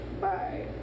Bye